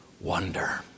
wonder